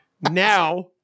Now